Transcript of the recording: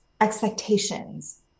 expectations